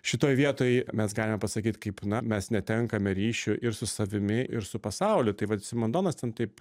šitoj vietoj mes galime pasakyt kaip na mes netenkame ryšio ir su savimi ir su pasauliu tai vat simondonas ten taip